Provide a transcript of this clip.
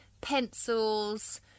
pencils